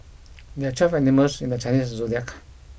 there are twelve animals in the Chinese zodiac